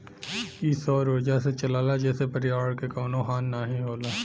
इ सौर उर्जा से चलला जेसे पर्यावरण के कउनो हानि नाही होला